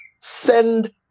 send